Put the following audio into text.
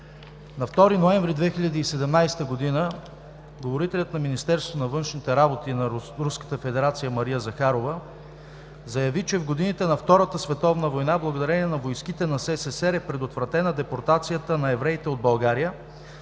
На 2 ноември 2017 г. говорителят на Министерството на външните работи на Руската федерация Мария Захарова заяви, че в годините на Втората световна война благодарение на войските на СССР е предотвратена депортацията на евреите от България